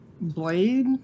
Blade